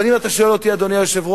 אבל אם אתה שואל אותי, אדוני היושב-ראש,